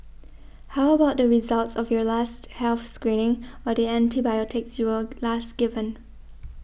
how about the results of your last health screening or the antibiotics you were last given